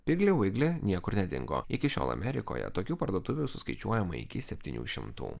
piglivigli niekur nedingo iki šiol amerikoje tokių parduotuvių suskaičiuojama iki septynių šimtų